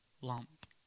lump